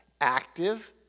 Active